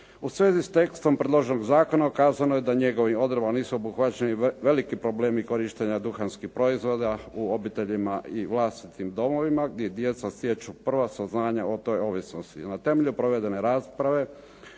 U svezi s tekstom predloženog zakona, ukazano je da njegovim odredbama nisu obuhvaćeni veliki problemi korištenja duhanskih proizvodima u obiteljima i vlastitim domovima gdje djeca stječu prva saznanja o toj ovisnosti. Na temelju provedene rasprave